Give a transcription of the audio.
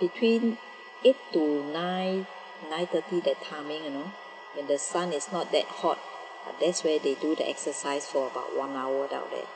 between eight to nine nine thirty that time you know when the sun is not that hot ah there's where they do the exercise for about one hour down there